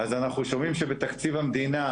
אז אנחנו שומעים שבתקציב המדינה,